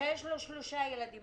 שיש לו שלושה ילדים.